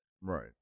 Right